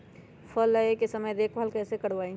फल लगे के समय देखभाल कैसे करवाई?